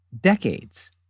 decades